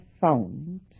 found